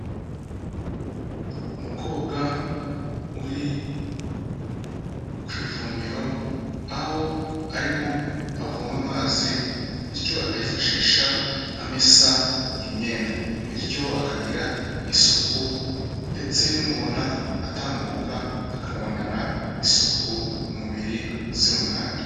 Umukobwa uri ku ivomero, aho arimo avoma amazi bityo akayifashisha amesa imyenda bityo akagira isuku ndetse n'umubona atambuka akamubonana isuku umubiri uzira umwanda.